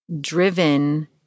driven